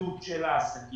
השרידות של העסקים